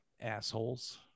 assholes